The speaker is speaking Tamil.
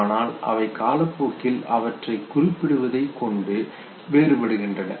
ஆனால் அவை காலப்போக்கில் அவற்றை குறிப்பிடுவதைக் கொண்டு வேறுபடுகின்றன